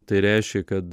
tai reiškė kad